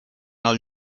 els